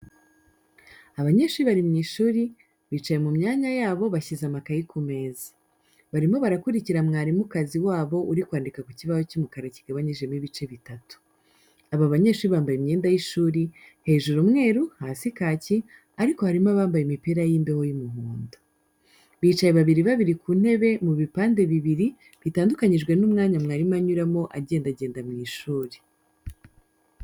Abanyeshuri bari mu ishuri, bicaye mu myanya yabo, bashyize amakayi ku meza. Barimo barakurikira mwarimukazi wabo uri kwandika ku kibaho cy'umukara kigabanyijemo ibice bitatu. Aba banyeshuri bambaye imyenda y'ishuri, hejuru umweru, hasi kaki, ariko harimo abambaye imipira y'imbeho y'umuhondo. Bicaye babiri babiri ku ntebe mu bipande bibiri, bitandukanyijwe n'umwanya mwarimu anyuramo, agendagenda mu ishuri.